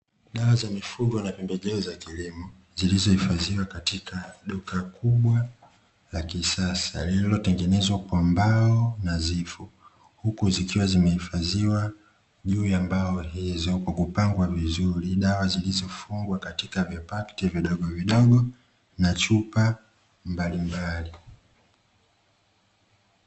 Dawa za mifugo na pembejeo za kilimo zilizohifadhiwa katika duka kubwa la kisasa lililotengenezwa kwa mbao na nyavu. Huku zikiwa zimehifadhiwa juu ya mbao hizo kwa kupangwa vizuri dawa zilizofungwa katika vipaketi vidogo vidogo na chupa mbalimbali.